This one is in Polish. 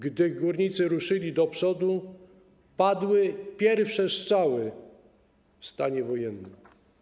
Gdy górnicy ruszyli do przodu, padły pierwsze strzały w stanie wojennym.